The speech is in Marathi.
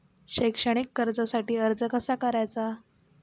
शैक्षणिक कर्जासाठी अर्ज कसा करायचा?